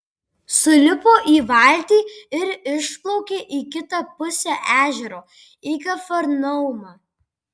sulipo į valtį ir išplaukė į kitą pusę ežero į kafarnaumą